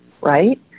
right